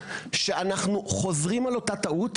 שאנחנו חוזרים על אותה טעות,